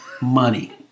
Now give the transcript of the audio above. Money